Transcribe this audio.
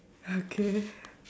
okay